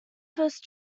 first